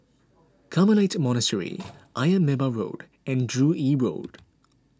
Carmelite Monastery Ayer Merbau Road and Joo Yee Road